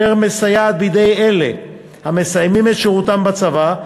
אשר מסייעת בידי אלה המסיימים את שירותם בצבא,